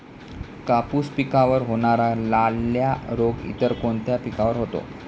कापूस पिकावर होणारा लाल्या रोग इतर कोणत्या पिकावर होतो?